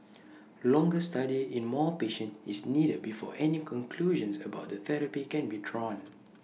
longer study in more patients is needed before any conclusions about the therapy can be drawn